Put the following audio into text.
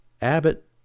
Abbott